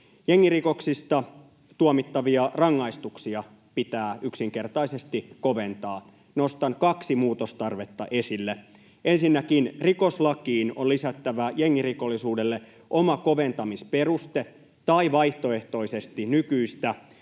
Jengirikoksista tuomittavia rangaistuksia pitää yksinkertaisesti koventaa. Nostan kaksi muutostarvetta esille. Ensinnäkin rikoslakiin on lisättävä jengirikollisuudelle oma koventamisperuste tai vaihtoehtoisesti nykyistä